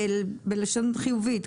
בלשון חיובית,